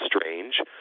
strange